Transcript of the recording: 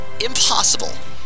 impossible